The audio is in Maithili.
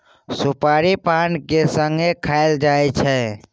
सोपारी पान केर संगे खाएल जाइ छै